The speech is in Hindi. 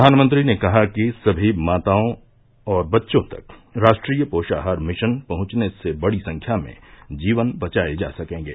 प्रधानमंत्री ने कहा कि सभी माताओं और बच्चों तक राष्ट्रीय पोषाहार मिशन पहंचने से बड़ी संख्या में जीवन बचाये जा सकेंगे